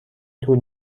طول